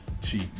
cheap